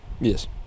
Yes